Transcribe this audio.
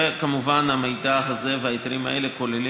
וכמובן המידע הזה וההיתרים האלה כוללים